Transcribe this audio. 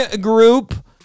group